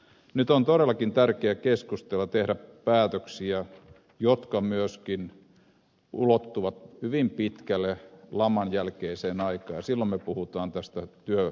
nyt on todellakin tärkeää keskustella ja tehdä päätöksiä jotka myöskin ulottuvat hyvin pitkälle laman jälkeiseen aikaan ja silloin me puhumme tästä työviihtyvyydestä